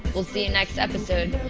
we'll see you next episode.